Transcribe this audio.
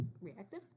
reactive